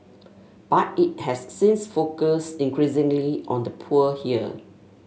but it has since focused increasingly on the poor here